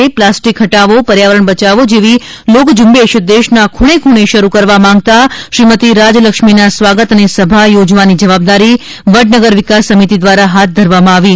plastic હટાવો પર્યાવરણ બચાવો જેવી લોક ઝુંબેશ દેશના ખુણેખુણે શરૂ કરવા માંગતા શ્રીમતી રાજલક્ષ્મીના સ્વાગત અને સભા યોજવાની જવાબદારી વડનગર વિકાસ સમિતિ દ્વારા હાથ ધરવામાં આવ્યું છે